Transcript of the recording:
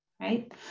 Right